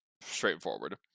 straightforward